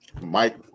Mike